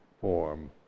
form